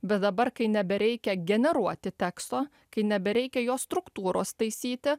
bet dabar kai nebereikia generuoti teksto kai nebereikia jo struktūros taisyti